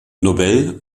nobel